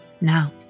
Now